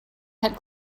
head